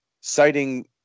citing